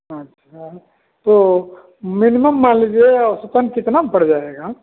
अच्छा तो मिनिमम मान लीजिए औसतन कितना में पड़ जाएगा